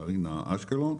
מרינה אשקלון,